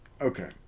Okay